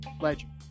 legend